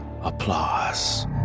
applause